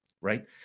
right